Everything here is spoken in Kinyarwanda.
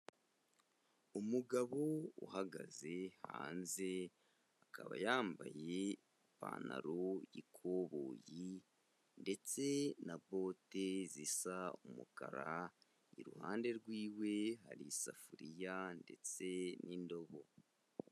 Umugabo uhagaze hanze akaba yambaye ipantaro y'ikoboyi ndetse na bote zisa umukara, iruhande rwiwe hari isafuriya ndetse n'indobo.